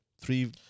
Three